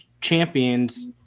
champions